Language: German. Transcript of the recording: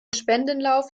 spendenlauf